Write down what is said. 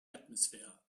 atmosphere